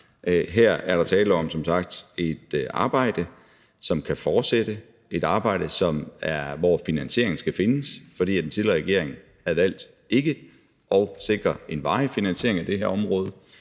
der som sagt tale om et arbejde, som kan fortsætte; et arbejde, hvor finansieringen skal findes, fordi den tidligere regering havde valgt ikke at sikre en varig finansiering af det her område.